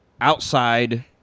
outside